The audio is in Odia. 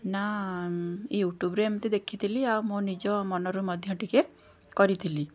ନା ୟୁଟ୍ୟୁବରେ ଏମିତି ଦେଖିଥିଲି ଆଉ ମୋ ନିଜ ମନରୁ ମଧ୍ୟ ଟିକେ କରିଥିଲି